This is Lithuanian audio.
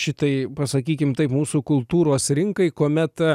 šitai pasakykim taip mūsų kultūros rinkai kuomet